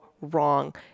wrong